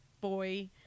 boy